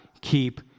keep